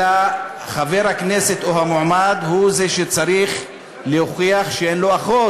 אלא חבר הכנסת או המועמד הוא זה שצריך להוכיח שאין לו אחות.